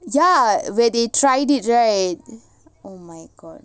ya where they tried it right oh my god